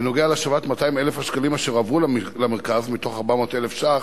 בנוגע להשבת 200,000 השקלים אשר הועברו למרכז מתוך 400,000 שקל,